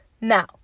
Now